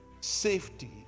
safety